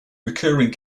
recurring